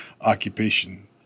occupation